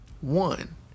One